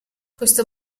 questo